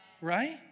Right